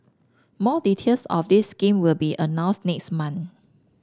more details of this scheme will be announced next month